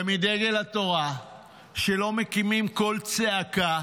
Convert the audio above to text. ומדגל התורה שלא מקימים קול צעקה.